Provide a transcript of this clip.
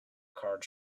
card